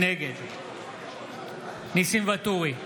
נגד ניסים ואטורי,